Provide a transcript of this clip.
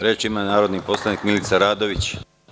Reč ima narodni poslanik Milica Radović.